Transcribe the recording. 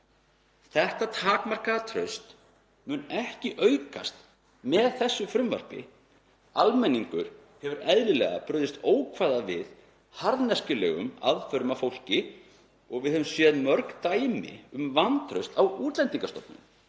Þetta takmarkaða traust mun ekki aukast með þessu frumvarpi. Almenningur hefur eðlilega brugðist ókvæða við harðneskjulegum aðförum að fólki og við höfum séð mörg dæmi um vantraust á Útlendingastofnun.